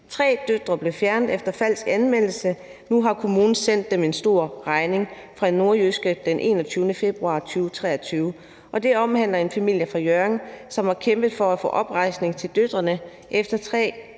»Tre døtre blev fjernet efter falsk anmeldelse – nu har kommunen sendt dem stor regning« fra Nordjyske.dk den 21. februar 2023 og i beslutningsforslaget. Den omhandler en familie fra Hjørring, som har kæmpet for at få oprejsning til døtrene, efter at